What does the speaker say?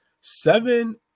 Seven